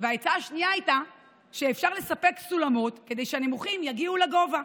העצה השנייה הייתה שאפשר לספק סולמות כדי שהנמוכים יגיעו לגובה.